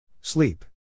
Sleep